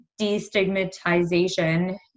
destigmatization